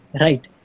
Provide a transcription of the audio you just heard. right